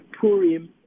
Purim